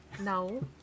No